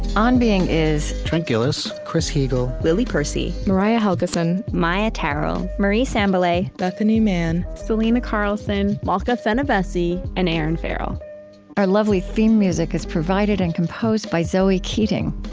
on being is trent gilliss, chris heagle, lily percy, mariah helgeson, maia tarrell, marie sambilay, bethanie mann, selena carlson, malka fenyvesi, and erinn farrell our lovely theme music is provided and composed by zoe keating.